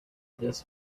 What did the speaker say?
this